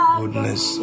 goodness